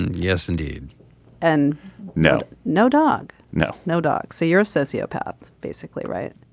yes indeed and no. no dog. no no dog. so you're a sociopath basically right